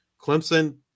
clemson